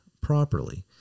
properly